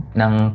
ng